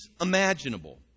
imaginable